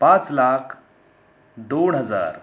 पाच लाख दोन हजार